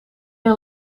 een